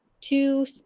two